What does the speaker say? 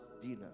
dinner